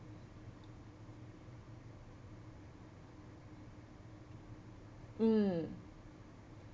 mm